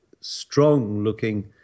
strong-looking